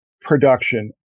production